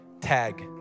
Tag